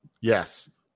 yes